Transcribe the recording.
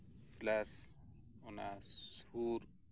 plus ᱚᱱᱟᱥᱳᱨ